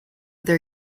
their